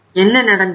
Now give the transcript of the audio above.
என்ன நடந்தது